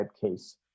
case